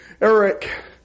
Eric